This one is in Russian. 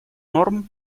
норм